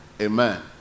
Amen